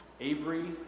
Avery